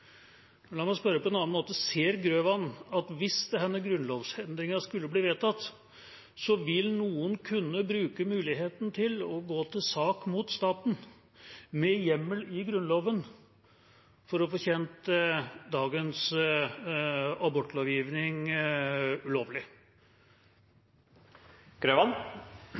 La meg spørre på en annen måte: Ser Grøvan at hvis denne grunnlovsendringen skulle bli vedtatt, vil noen kunne bruke muligheten til å gå til sak mot staten med hjemmel i Grunnloven for å få kjent dagens abortlovgivning ulovlig?